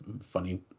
funny